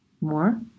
more